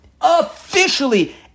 officially